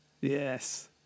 Yes